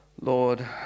Lord